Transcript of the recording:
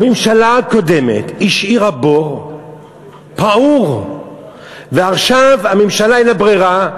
הממשלה הקודמת השאירה בור פעור ועכשיו הממשלה אין לה ברירה,